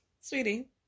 Sweetie